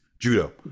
Judo